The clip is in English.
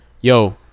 yo